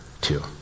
two